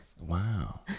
Wow